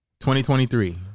2023